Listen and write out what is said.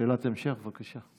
שאלת המשך, בבקשה.